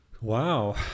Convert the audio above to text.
Wow